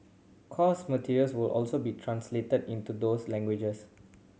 course materials will also be translated into those languages